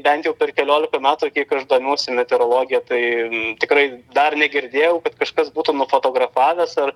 bent jau per kelioliką metų kiek aš domiuosi meterologija tai tikrai dar negirdėjau kad kažkas būtų nufotografavęs ar